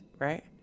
right